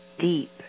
deep